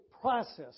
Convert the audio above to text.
process